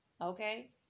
Okay